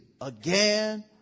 again